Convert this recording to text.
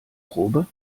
probe